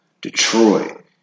Detroit